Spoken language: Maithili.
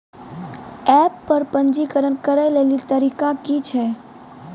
एप्प पर पंजीकरण करै लेली तरीका की छियै?